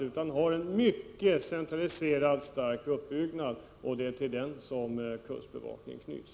Marinen är i stället i hög grad centraliserad och har en stark uppbyggnad, och det är till denna som kustbevakningen knyts.